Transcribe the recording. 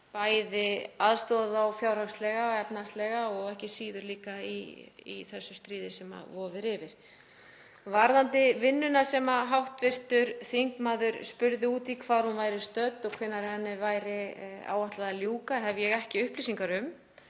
að aðstoða þá fjárhagslega og efnahagslega og ekki síður líka í þessu stríði sem stendur yfir. Varðandi vinnuna sem hv. þingmaður spurði út í, hvar hún væri stödd og hvenær henni væri áætlað að ljúka, hef ég ekki upplýsingar um.